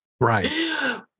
Right